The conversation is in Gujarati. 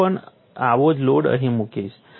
હું પણ આવો જ લોડ અહીં મૂકીશ